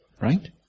right